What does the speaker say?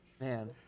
man